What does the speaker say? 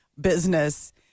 business